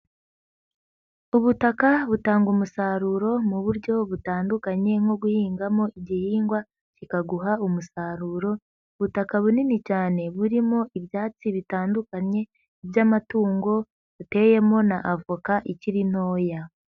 Ubutaka butanga umusaruro mu buryo butandukanye nko guhingamo igihingwa kikaguha umusaruro, ubutaka bunini cyane burimo ibyatsi bitandukanye by'amatungo hateyemo na avoka ikiri ntoya.